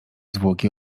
zwłoki